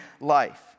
life